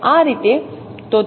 તો તેનો અર્થ શું છે